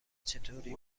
چطوری